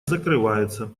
закрывается